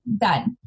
Done